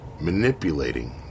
manipulating